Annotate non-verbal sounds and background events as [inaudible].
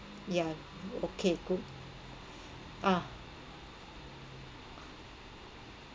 yeah okay good [breath] ah